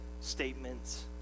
statements